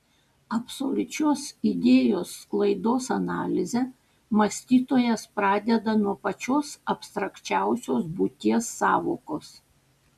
absoliučios idėjos sklaidos analizę mąstytojas pradeda nuo pačios abstrakčiausios būties sąvokos